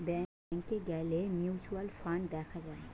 ব্যাংকে গ্যালে mutual fund দেখা যায়